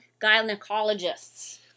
gynecologists